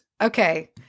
Okay